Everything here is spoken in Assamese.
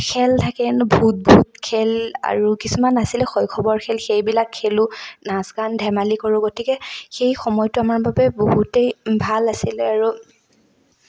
খেল থাকে হেনো ভূত ভূত খেল আৰু কিছুমান আছিলে শৈশৱৰ খেল সেইবিলাক খেলোঁ নাচ গান ধেমালি কৰোঁ গতিকে সেই সময়টো আমাৰ বাবে বহুতেই ভাল আছিলে আৰু